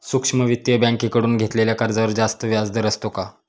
सूक्ष्म वित्तीय बँकेकडून घेतलेल्या कर्जावर जास्त व्याजदर असतो का?